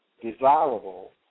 desirable